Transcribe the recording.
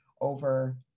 over